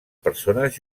persones